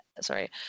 sorry